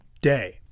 Day